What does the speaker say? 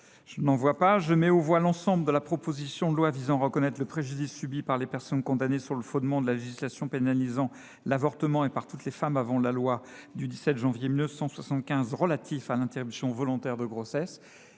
de la commission, modifié, l’ensemble de la proposition de loi visant à reconnaître le préjudice subi par les personnes condamnées sur le fondement de la législation pénalisant l’avortement, et par toutes les femmes, avant la loi n° 75 17 du 17 janvier 1975 relative à l’interruption volontaire de la grossesse.